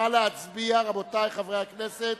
נא להצביע, רבותי חברי הכנסת.